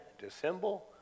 dissemble